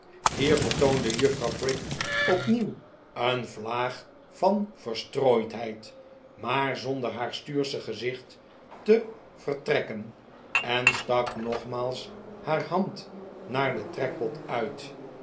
vertoonde juffrouw prig opnieuw een vlaag van verstrooidheid maar zonder haar stuursche gezicht te vertrekken en stak nogmaals haar hand naar den trekpot uit